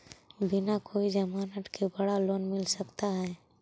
बिना कोई जमानत के बड़ा लोन मिल सकता है?